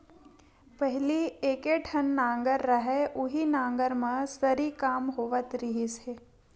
पहिली एके ठन नांगर रहय उहीं नांगर म सरी काम होवत रिहिस हे